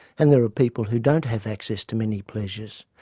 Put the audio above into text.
and there are people who don't have access to many pleasures,